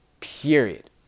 Period